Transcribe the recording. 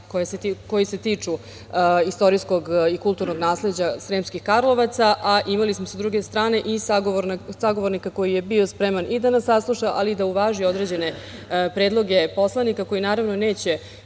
koji se tiču istorijskog i kulturnog nasleđa Sremskih Karlovaca, a imali smo sa druge strane i sagovornika koji je bio spreman i da nas sasluša, ali i da uvaži određene predloge poslanika koji neće